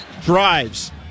drives